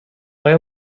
آیا